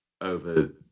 over